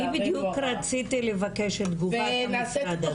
אני רציתי לבקש את תגובת המשרד הזה.